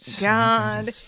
God